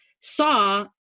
saw